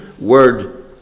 Word